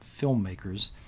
filmmakers